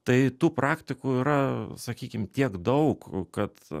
tai tų praktikų yra sakykim tiek daug kad